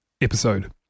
episode